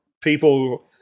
people